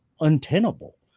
untenable